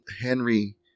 henry